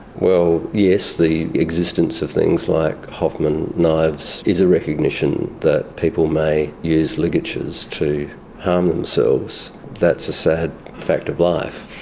well yes, the existence of things like hoffman knives is a recognition that people may use ligatures to harm themselves, and that's a sad fact of life.